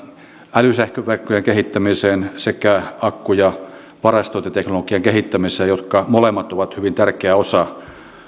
älysähköverkkojen kehittämiseen sekä akku ja varastointiteknologian kehittämiseen jotka molemmat ovat hyvin tärkeä osa